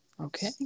Okay